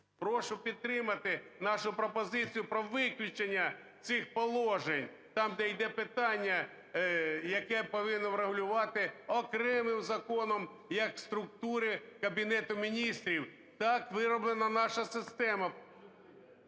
Прошу підтримати нашу пропозицію про виключення цих положень, там, де іде питання, яке повинно врегулювати окремим законом як структури Кабінету Міністрів, так вироблена наша система.